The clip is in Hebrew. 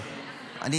אני,